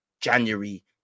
January